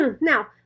now